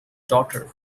daughter